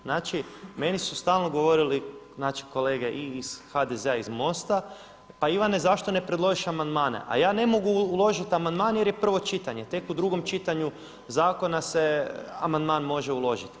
Znači meni su stalno govorili kolege iz HDZ-a i iz MOST-a pa Ivane zašto ne predložiš amandmane, a ja ne mogu uložiti amandman jer je prvo čitanje, tek u drugom čitanju zakona se amandman može uložiti.